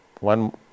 one